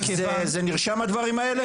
זה נרשם הדברים האלה?